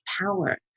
power